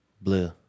Blue